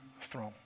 throne